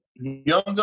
younger